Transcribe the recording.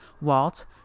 Walt